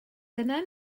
dyna